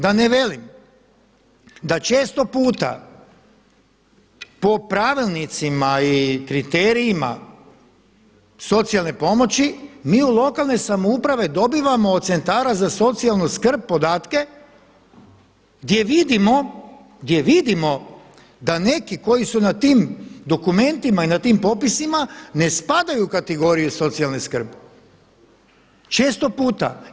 Da ne velim, da često puta po pravilnicima i kriterijima socijalne pomoći mi u lokalne samouprave dobivamo od Centara za socijalnu skrb podatke gdje vidimo da neki koji su na tim dokumentima i na tim popisima ne spadaju u kategoriju socijalne skrbi često puta.